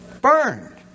burned